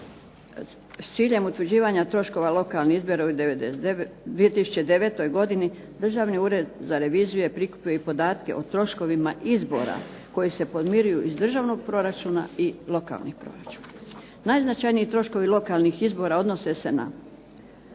s ciljem utvrđivanja troškova lokalnih izbora u 2009. godini Državni ured za reviziju je prikupio i podatke o troškovima izborima koji se podmiruju iz državnog proračuna i lokalnih proračuna. Najznačajniji troškovi lokalnih izbora odnose se na